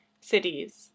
cities